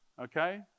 okay